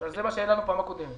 זה מה שהיה לנו בפעם הקודמת.